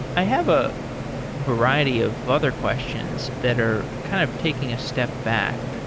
i have a variety of other questions that are kind of taking a step back.